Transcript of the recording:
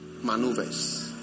maneuvers